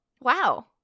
wow